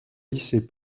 lycée